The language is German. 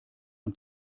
und